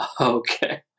okay